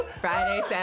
Friday